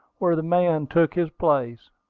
where the man took his place.